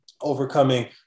overcoming